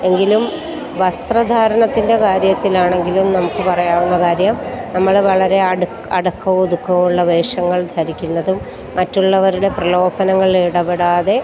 എങ്കിലും വസ്ത്രധാരണത്തിൻ്റെ കാര്യത്തിലാണെങ്കിലും നമുക്ക് പറയാവുന്ന കാര്യം നമ്മൾ വളരെ അട അടക്കവും ഒതുക്കവും ഉള്ള വേഷങ്ങൾ ധരിക്കുന്നതും മറ്റുള്ളവരുടെ പ്രലോഭനങ്ങളിൽ ഇടപെടാതെ